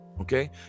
okay